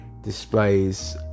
displays